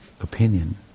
opinion